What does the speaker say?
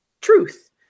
truth